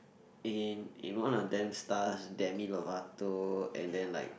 in in one of them stars Demi-Lovato and then like